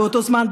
באותו זמן,